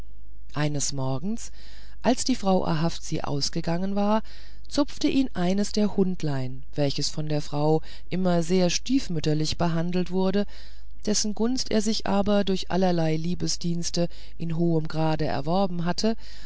eines morgens als die frau ahavzi ausgegangen war zupfte ihn eines der hundlein welches von der frau immer sehr stiefmütterlich behandelt wurde dessen gunst er sich aber durch allerlei liebesdienste in hohem grade erworben hatte